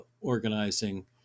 organizing